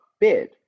bid